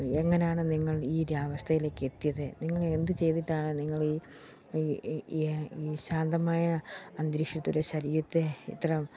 എങ്ങനെയാണ് നിങ്ങൾ ഈയൊരവസ്ഥയിലേക്കെത്തിയത് നിങ്ങൾ എന്ത് ചെയ്തിട്ടാണ് നിങ്ങൾ ഈ ഈ ഈ ഈ ശാന്തമായ അന്തരീക്ഷത്തിലെ ശരീരത്തെ ഇത്ര